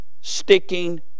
sticking